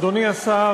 אדוני השר,